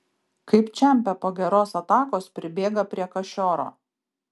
kaip čempe po geros atakos pribėga prie kašioro